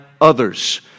others